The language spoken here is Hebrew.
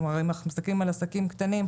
כלומר, אם אנחנו מסתכלים על עסקים קטנים,